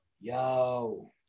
Yo